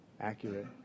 accurate